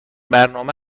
برنامه